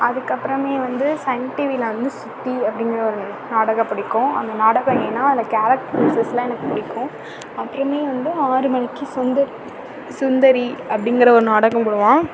அதுக்கப்புறமே வந்து சன் டிவியில வந்து சித்தி அப்படிங்கிற ஒரு நாடகம் பிடிக்கும் அந்த நாடகம் ஏன்னா அந்த கேரக்டர்ஸ் எல்லாம் எனக்கு பிடிக்கும் அப்புறமே வந்து ஆறு மணிக்கு சுந்த சுந்தரி அப்படிங்கிற ஒரு நாடகம் போடுவான்